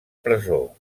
presó